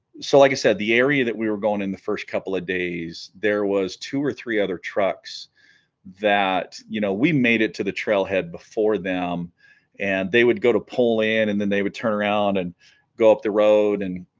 so like i said the area that we were going in the first couple of days there was two or three other trucks that you know we made it to the trailhead before them and they would go to pull in and then they would turn around and go up the road and